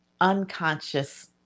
unconscious